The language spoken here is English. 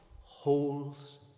holes